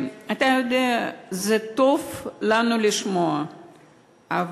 אתה יודע, טוב לנו לשמוע את זה.